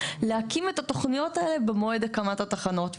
להקים את התוכניות האלה במועד הקמת התחנות.